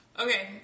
Okay